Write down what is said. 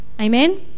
Amen